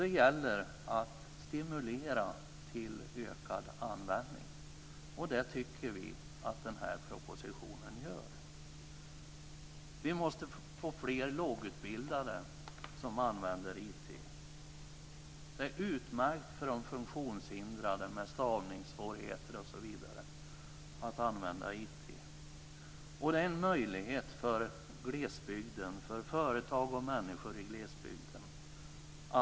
Det gäller att stimulera till ökad användning, och det tycker vi att den här propositionen gör. Vi måste få fler lågutbildade att använda IT. Det är utmärkt för de funktionshindrade med stavningssvårigheter osv. att använda IT. Det är en möjlighet för företag och människor i glesbygden.